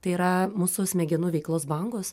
tai yra mūsų smegenų veiklos bangos